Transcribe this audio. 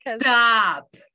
Stop